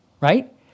right